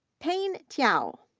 payne tyau.